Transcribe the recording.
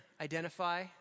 identify